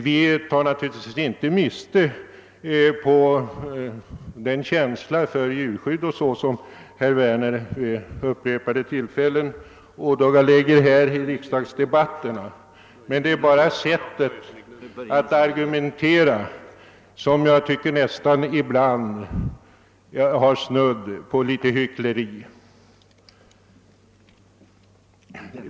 Vi tar naturligtvis inte miste på den känsla för djuren som herr Werner vid upprepade tillfällen ådagalagt i riksdagsdebatterna. Vi vänder oss bara mot hans sätt att argumentera. Ibland har det enligt min mening nästan snudd på hyckleri.